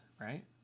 right